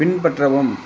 பின்பற்றவும்